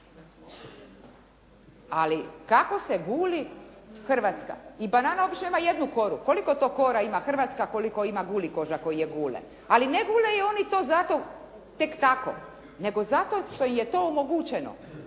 Ali kako se guli Hrvatska. I banana obično ima jednu koru. Koliko to kora ima Hrvatska, koliko ima gulikoža koji je gule? Ali ne gule je oni to zato tek tako nego zato što im je to omogućeno.